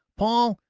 paul,